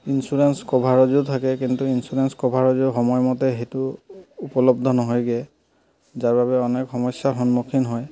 insurance কভাৰতে থাকে কিন্তু ইঞ্চুৰেন্স কভাৰতে সময়মতে সেইটো উপলব্ধ নহয়গৈ যাৰ বাবে অনেক সমস্যাৰ সন্মুখীন হয়